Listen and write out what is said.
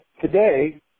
today